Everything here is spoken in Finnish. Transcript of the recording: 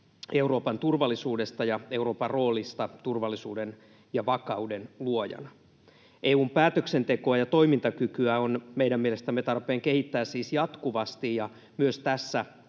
Euroopan turvallisuudesta ja Euroopan roolista turvallisuuden ja vakauden luojana. EU:n päätöksentekoa ja toimintakykyä on meidän mielestämme tarpeen kehittää siis jatkuvasti